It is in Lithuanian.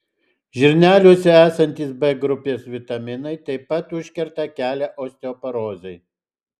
žirneliuose esantys b grupės vitaminai taip pat užkerta kelią osteoporozei